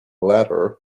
ladder